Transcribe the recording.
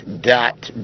dot